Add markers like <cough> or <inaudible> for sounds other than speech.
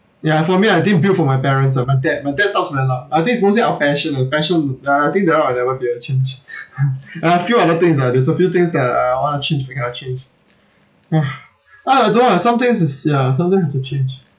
ya for me I think built from my parents ah my dad my dad talks very loud I think is mostly our passion ah the passion uh I think that one I'll never be able to change <laughs> a few other things ah there's a few things that I I want to change but cannot change <noise> uh although ah some things is ya sometimes have to change